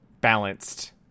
balanced